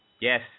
Yes